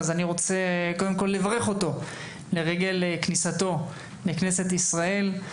אני רוצה קודם כול לברך אותו לרגל כניסתו לכנסת ישראל.